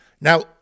Now